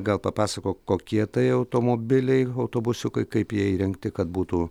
gal papasakok kokie tai automobiliai autobusiukai kaip jie įrengti kad būtų